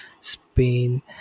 Spain